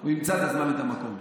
הוא ימצא את הזמן ואת המקום.